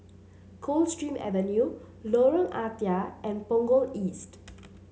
Coldstream Avenue Lorong Ah Thia and Punggol East